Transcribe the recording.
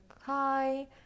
hi